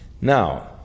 Now